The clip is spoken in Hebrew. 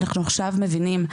אנחנו עכשיו מבינים.